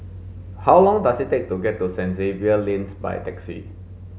how long does it take to get to Saint Xavier's Lane by taxi